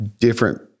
different